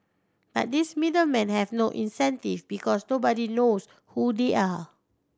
but these middle men have no incentive because nobody knows who they are